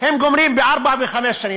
הם גומרים בארבע שנים וחמש שנים.